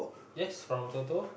yes from total